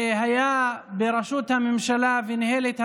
והיה בראשות הממשלה וניהל את הממשלה,